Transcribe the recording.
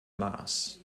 maß